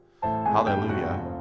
Hallelujah